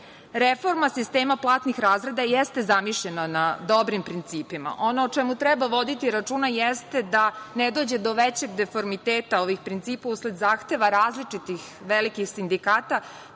Reforma sistema platnih razreda jeste zamišljena na dobrim principima. Ono o čemu treba voditi računa jeste da ne dođe do većeg deformiteta ovih principa usled zahteva različitih velikih sindikata